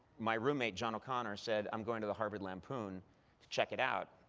my roommate john o'connor said, i'm going to the harvard lampoon to check it out.